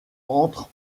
entre